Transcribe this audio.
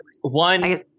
One